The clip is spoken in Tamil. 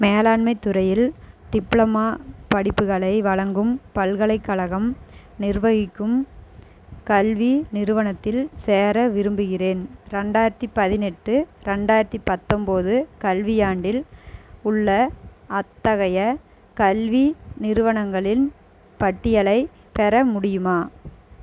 மேலாண்மைத் துறையில் டிப்ளமா படிப்புகளை வழங்கும் பல்கலைக்கழகம் நிர்வகிக்கும் கல்வி நிறுவனத்தில் சேர விரும்புகிறேன் ரெண்டாயிரத்தி பதினெட்டு ரெண்டாயிரத்தி பத்தொம்போது கல்வியாண்டில் உள்ள அத்தகைய கல்வி நிறுவனங்களின் பட்டியலைப் பெற முடியுமா